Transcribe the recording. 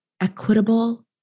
equitable